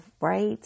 Right